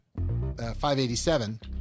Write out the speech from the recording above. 587